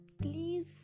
please